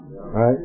Right